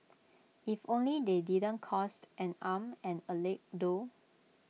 if only they didn't cost and arm and A leg though